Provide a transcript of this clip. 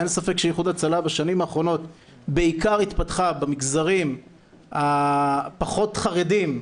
אין ספק שאיחוד הצלה בשנים האחרונות בעיקר התפתחה במגזרים הפחות חרדיים,